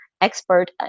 expert